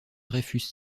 dreyfus